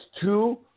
two